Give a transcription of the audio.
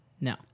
no